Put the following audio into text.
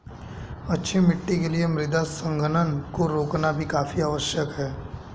अच्छी मिट्टी के लिए मृदा संघनन को रोकना भी काफी आवश्यक है